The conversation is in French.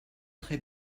très